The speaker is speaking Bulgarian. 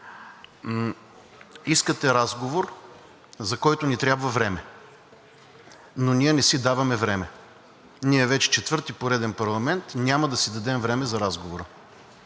Искате разговор, за който ни трябва време, но ние не си даваме време. Ние вече четвърти пореден парламент няма да си дадем време за разговор.